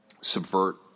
subvert